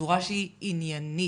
בצורה שהיא עניינית,